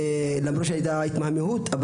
למרות שהייתה התמהמהות,